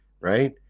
right